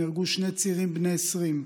נהרגו שני צעירים בני 20,